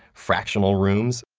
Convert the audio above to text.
fractional rooms,